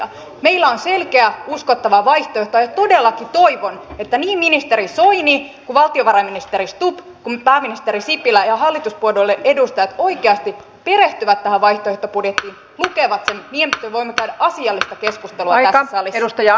meillä on selkeä uskottava vaihtoehto ja todellakin toivon että niin ministeri soini valtiovarainministeri stubb kuin pääministeri sipilä ja hallituspuolueiden edustajat oikeasti perehtyvät tähän vaihtoehtobudjettiin lukevat sen niin että me voimme käydä asiallista keskustelua tässä salissa